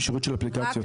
לקישוריות של אפליקציות.